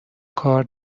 کار